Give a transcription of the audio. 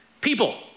people